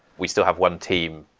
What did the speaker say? we still have one team,